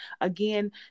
Again